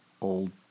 old